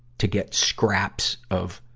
to get scraps of